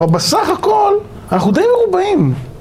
אבל בסך הכל אנחנו די מרובעים